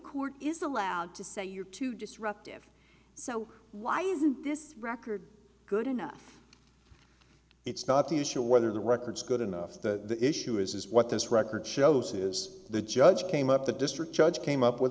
court is allowed to say you're too disruptive so why isn't this record good enough it's not the issue whether the records good enough that the issue is what this record shows is the judge came up the district judge came up with